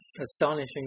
astonishing